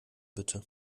bitte